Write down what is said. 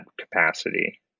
capacity